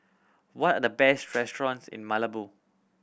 what are the best restaurants in Malabo